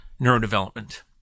neurodevelopment